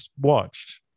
watched